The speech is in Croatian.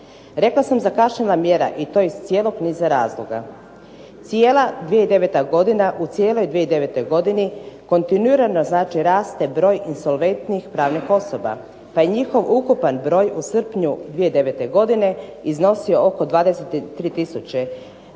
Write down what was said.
Rekla sam zakašnjela mjera i to iz cijelog niza razloga. Cijela 2009. godina, u cijeloj 2009. godini kontinuirano znači raste broj insolventnih pravnih osoba. Pa je njihov ukupan broj u srpnju 2009. godine iznosio oko 23